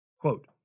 Quote